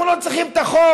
אנחנו לא צריכים את החוק.